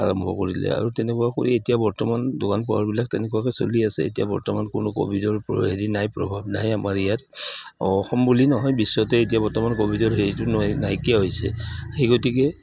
আৰম্ভ কৰিলে আৰু তেনেকুৱা কৰি এতিয়া বৰ্তমান দোকান পোহাৰবিলাক তেনেকুৱাকে চলি আছে এতিয়া বৰ্তমান কোনো ক'ভিডৰ হেৰি নাই প্ৰভাৱ নাহে আমাৰ ইয়াত অসম বুলি নহয় বিশ্বতে এতিয়া বৰ্তমান ক'ভিডৰ হেৰিটো নাইকিয়া হৈছে সেই গতিকে